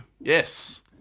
Yes